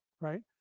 right